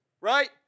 right